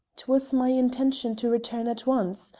twas my intention to return at once.